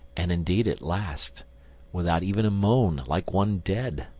and indeed at last without even a moan, like one dead.